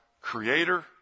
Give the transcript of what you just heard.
creator